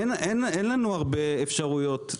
אין לנו הרבה אפשרויות.